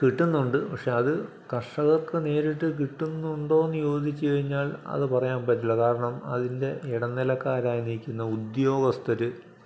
കിട്ടുന്നുണ്ട് പക്ഷെ അത് കർഷകർക്ക് നേരിട്ട് കിട്ടുന്നുണ്ടോയെന്ന് ചോദിച്ചു കഴിഞ്ഞാൽ അത് പറയാൻ പറ്റില്ല കാരണം അതിൻ്റെ ഇടനിലക്കാരായി നിൽക്കുന്ന ഉദ്യോഗസ്ഥർ